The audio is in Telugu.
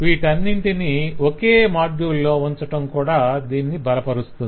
వీటన్నింటిని ఒకే మాడ్యుల్ లో ఉంచటం కూడా దీన్ని బలపరుస్తుంది